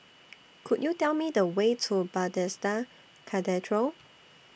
Could YOU Tell Me The Way to Bethesda Cathedral